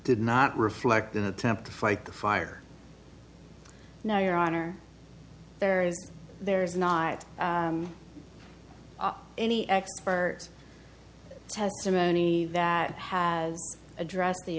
did not reflect an attempt to fight the fire now your honor there is there is not any expert testimony that has addressed the